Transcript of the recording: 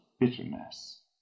Bitterness